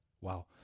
Wow